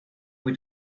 with